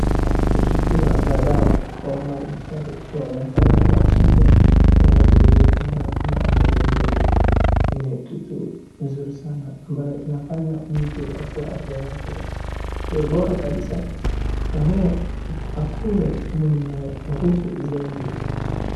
Kusukuma madawa kwa madaktari huwa inafanya ama chanjo inavyojulikana na wanajamii wetu, ni kitu nzuri sana ambaye inafanya mtu akuwe afya yake iwe bora kabisa na huwa akuwe mwenye nguvu zaidi.